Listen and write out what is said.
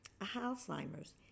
Alzheimer's